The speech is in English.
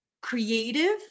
creative